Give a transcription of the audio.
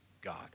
God